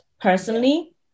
personally